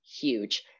huge